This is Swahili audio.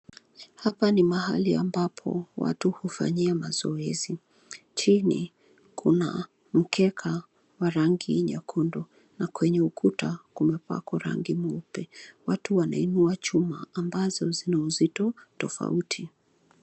Hapa ni mahali ambapo watu hufanyia mazoezi, chini kuna mkeka wa rangi nyekundu na kwenye ukuta kumepakwa rangi nyeupe, watu wanainua chuma ambazo zina uzito tofauti.